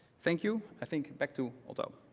thank you. i think back to otto.